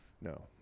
no